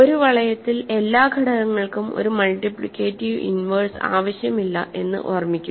ഒരു വളയത്തിൽ എല്ലാ ഘടകങ്ങൾക്കും ഒരു മൾട്ടിപ്ലിക്കേറ്റിവ് ഇൻവേഴ്സ് ആവശ്യമില്ല എന്ന് ഓർമ്മിക്കുക